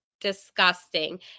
disgusting